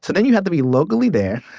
then you have to be locally there.